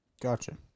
Gotcha